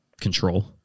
control